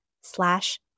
slash